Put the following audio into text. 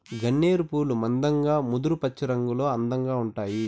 గన్నేరు పూలు మందంగా ముదురు పచ్చరంగులో అందంగా ఉంటాయి